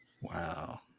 Wow